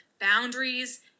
boundaries